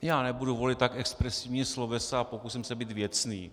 Já nebudu volit tak expresivní slovesa a pokusím se být věcný.